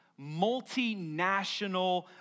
multinational